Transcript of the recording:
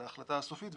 על ההחלטה הסופית,